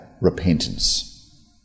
repentance